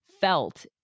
felt